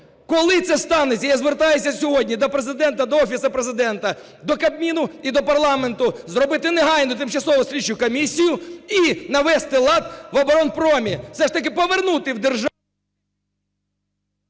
Коли це станеться? Я звертаюсь сьогодні до Президента, до Офісу Президента, до Кабміну і до парламенту, зробити негайну тимчасову слідчу комісію і навести лад в оборонпромі, все ж таки повернути в державу...